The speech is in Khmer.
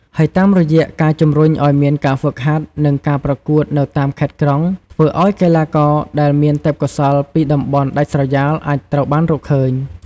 ហើយតាមរយៈការជំរុញឲ្យមានការហ្វឹកហាត់ និងការប្រកួតនៅតាមខេត្តក្រុង ធ្វើឲ្យកីឡាករដែលមានទេពកោសល្យពីតំបន់ដាច់ស្រយាលអាចត្រូវបានរកឃើញ។